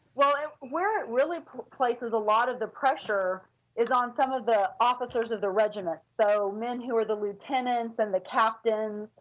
and where it really places a lot of the pressure is on some of the officers of the regiment, so men who were the lieutenants and the captains.